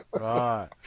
Right